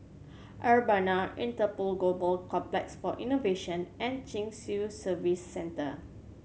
Urbana Interpol Global Complex for Innovation and Chin Swee Service Centre